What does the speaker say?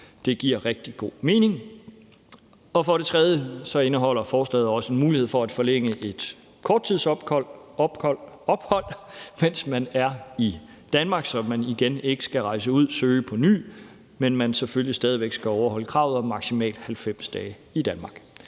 Det giver rigtig god mening. Derudover indeholder lovforslaget også en mulighed for at forlænge et korttidsophold, mens man er i Danmark, så man igen ikke skal rejse ud og søge på ny, men man skal selvfølgelig stadig væk overholde kravet om maksimalt 90 dage i Danmark.